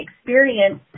experience